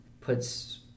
puts